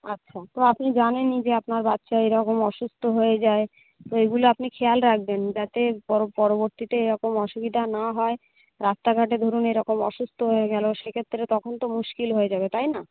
আচ্ছা তো আপনি জানেনই যে আপনার বাচ্চা এরকম অসুস্থ হয়ে যায় তো এগুলো আপনি খেয়াল রাখবেন যাতে পরবর্তীতে এরকম অসুবিধা না হয় রাস্তাঘাটে ধরুন এরকম অসুস্থ হয়ে গেল সেক্ষেত্রে তখন তো মুশকিল হয়ে যাবে তাই না